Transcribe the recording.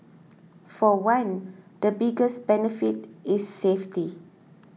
for one the biggest benefit is safety